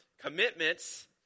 commitments